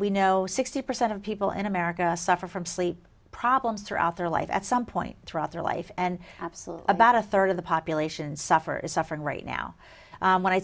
we know sixty percent of people in america suffer from sleep problems throughout their life at some point throughout their life and absolutely about a third of the population suffers suffering right now when i